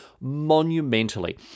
monumentally